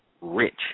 rich